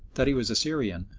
that he was a syrian,